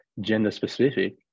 gender-specific